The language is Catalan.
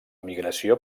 migració